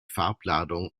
farbladung